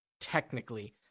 technically